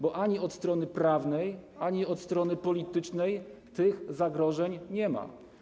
Bo ani od strony prawnej, ani od strony politycznej tych zagrożeń nie ma.